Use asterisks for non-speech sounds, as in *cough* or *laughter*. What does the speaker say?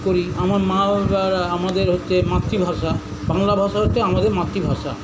করি আমার মা *unintelligible* আমাদের হচ্ছে মাতৃভাষা বাংলা ভাষা হচ্ছে আমাদের মাতৃভাষা